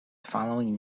following